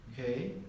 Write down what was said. Okay